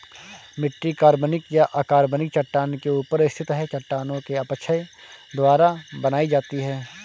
मिट्टी कार्बनिक या अकार्बनिक चट्टान के ऊपर स्थित है चट्टानों के अपक्षय द्वारा बनाई जाती है